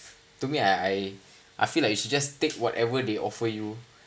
to me I I I feel like you should just take whatever they offer you